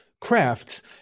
crafts